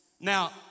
Now